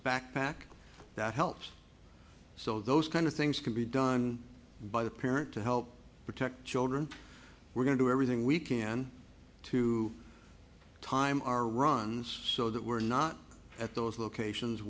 backpack that helps so those kind of things can be done by the parent to help protect children we're going to everything we can to time our runs so that we're not at those locations